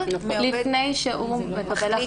מעובד סוציאלי לפני שהוא מחליט בבקשה.